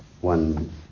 one